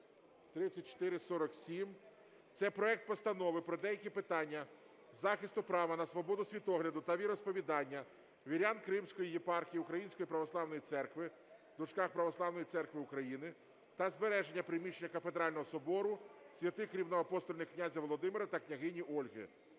3447 - це проект Постанови про деякі питання захисту права на свободу світогляду та віросповідання вірян Кримської єпархії Української православної церкви (Православної церкви України) та збереження приміщення Кафедрального собору святих рівноапостольних князя Володимира та княгині Ольги.